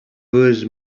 was